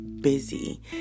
busy